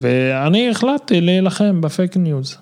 ואני החלטתי להילחם בפייק ניוז.